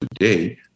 today